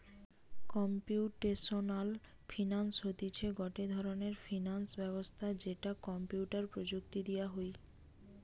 computational finance হতিছে গটে ধরণের ফিনান্স ব্যবস্থা যেটো কম্পিউটার প্রযুক্তি দিয়া হই